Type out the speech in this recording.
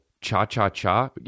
cha-cha-cha